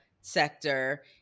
sector